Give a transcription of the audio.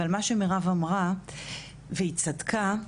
אבל מה שמירב אמרה והיא צדקה,